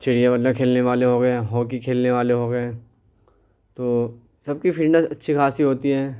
چڑیا بلا کھیلنے والے ہو گئے ہاکی کھیلنے والے ہو گئے تو سب کی فٹنس اچھی خاصی ہوتی ہے